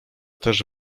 też